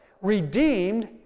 redeemed